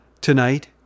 Tonight